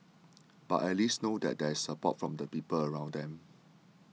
but at least know that there is support from the people around them